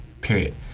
period